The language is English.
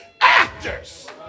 actors